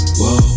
whoa